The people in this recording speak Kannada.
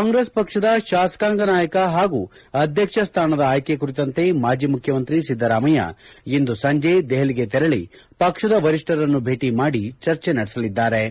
ಕಾಂಗ್ರೆಸ್ ಪಕ್ಷದ ಶಾಸಕಾಂಗ ನಾಯಕ ಹಾಗೂ ಅಧ್ಯಕ್ಷಸ್ಥಾನ ಆಯ್ಕೆ ಕುರಿತಂತೆ ಮಾಜಿ ಮುಖ್ಯಮಂತ್ರಿ ಸಿದ್ದರಾಮಯ್ಯ ಇಂದು ಸಂಜೆ ದೆಹಲಿಗೆ ತೆರಳಿ ಪಕ್ಷದ ವರಿಷ್ಠರನ್ನು ದೇಟಿ ಮಾಡಿ ಚರ್ಚೆ ನಡೆಸಲಿದ್ದಾರೆ